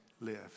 live